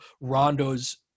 Rondo's